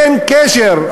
אין קשר.